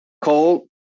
Coal